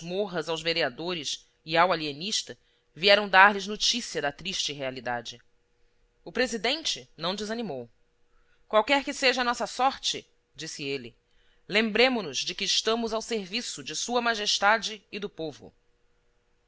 morras aos vereadores e ao alienista vieram dar-lhes noticia da triste realidade o presidente não desanimou qualquer que seja a nossa sorte disse ele lembremo nos que estamos ao serviço de sua majestade e do povo